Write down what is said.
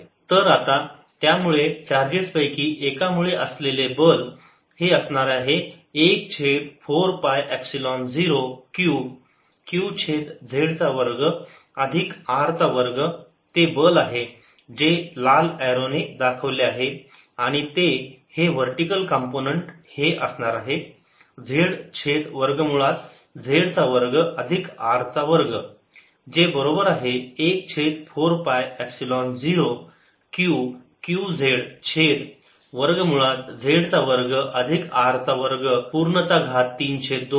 तर आता त्यामुळे चार्जेस पैकी एकामुळे असलेले बल हे असणार आहे 1 छेद 4 पाय एपसिलोन 0 Q q छेद z चा वर्ग अधिक r चा वर्ग ते बल आहे जे लाल एरो ने दाखवले आहे आणि ते हे वर्टीकल कंपोनंन्ट हे असणार आहे z छेद वर्ग मुळात z चा वर्ग अधिक R चा वर्ग जे बरोबर आहे 1 छेद 4 pi epsilon 0 Q q z छेद वर्ग मुळात z चा वर्ग अधिक R चा वर्ग चा घात 3 छेद 2